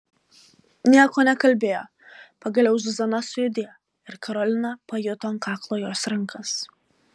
nieko nekalbėjo pagaliau zuzana sujudėjo ir karolina pajuto ant kaklo jos rankas